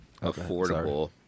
affordable